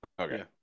okay